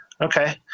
Okay